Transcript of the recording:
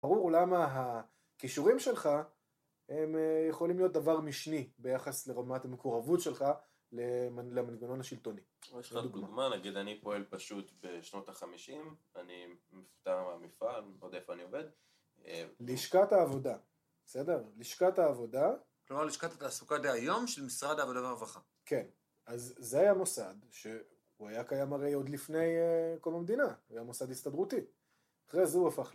ברור למה הקישורים שלך הם יכולים להיות דבר משני ביחס לרמת המקורבות שלך למנגנון השלטוני. יש לך דוגמה, נגיד אני פועל פשוט בשנות החמישים, אני מפוטר מהמפעל, לא יודע איפה אני עובד לשכת העבודה, בסדר? לשכת העבודה כלומר לשכת התעסוקה דהיום של משרד העבודה והרווחה כן, אז זה היה מוסד שהוא היה קיים הרי עוד לפני קום המדינה, היה מוסד הסתדרותי אחרי זה הוא הפך